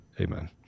Amen